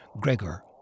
Gregor